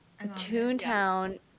Toontown